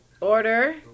Order